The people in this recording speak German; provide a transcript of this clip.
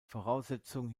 voraussetzung